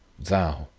thou,